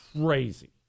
crazy